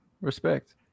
Respect